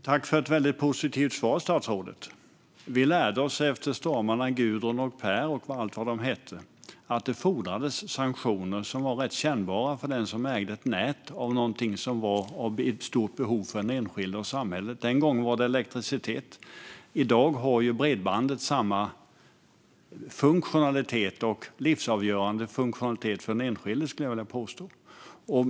Fru talman! Tack, för ett positivt svar, statsrådet! Vi lärde oss efter stormarna Gudrun, Per och allt vad de hette att det fordrades ganska kännbara sanktioner för den som ägde ett nät för något som den enskilde och samhället har stort behov av. Den gången gällde det elektricitet. I dag har bredbandet samma livsavgörande funktionalitet för den enskilde, vill jag påstå.